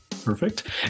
perfect